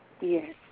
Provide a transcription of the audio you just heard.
Yes